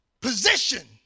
position